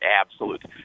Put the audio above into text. absolute